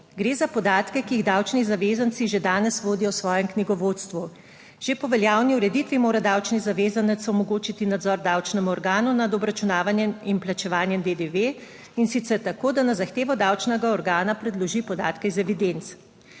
gre za podatke, ki jih davčni zavezanci že danes vodijo v svojem knjigovodstvu. Že po veljavni ureditvi mora davčni zavezanec omogočiti nadzor davčnemu organu nad obračunavanjem in plačevanjem DDV, in sicer tako, da na zahtevo davčnega organa predloži podatke iz evidenc,